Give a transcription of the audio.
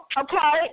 okay